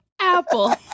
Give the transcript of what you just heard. Apple